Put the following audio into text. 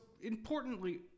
importantly